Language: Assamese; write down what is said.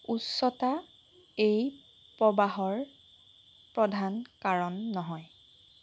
উচ্চতা এই প্ৰৱাহৰ প্ৰধান কাৰণ নহয়